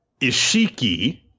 Ishiki